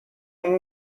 اون